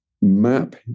map